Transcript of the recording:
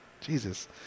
Jesus